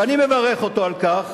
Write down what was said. ואני מברך אותו על כך,